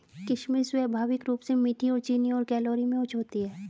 किशमिश स्वाभाविक रूप से मीठी और चीनी और कैलोरी में उच्च होती है